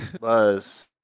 Buzz